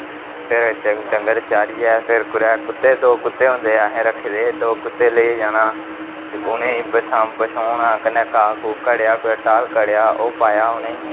फिर डगंर चारियै फिर कुतै कुतै दो कुतै हर घर च आसे रक्खे दे होंदे कुतै लेइयै जाना उ'नें गी कुदें टाल कढेआ कुतै ओह् पाया उ'नें गी